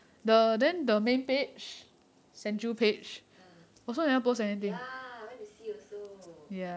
ah ya I went see also